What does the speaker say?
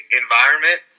environment